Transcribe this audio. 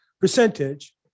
percentage